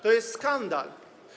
To jest skandal.